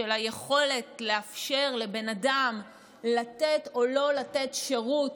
של היכולת לאפשר לבן אדם לתת או לא לתת שירות